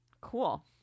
Cool